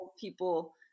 people